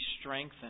strengthened